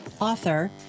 author